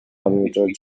commuter